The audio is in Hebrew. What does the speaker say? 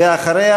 ואחריה,